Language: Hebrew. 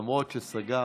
למרות שסגרתי.